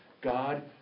God